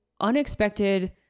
unexpected